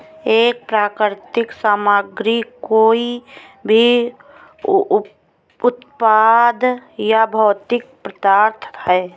एक प्राकृतिक सामग्री कोई भी उत्पाद या भौतिक पदार्थ है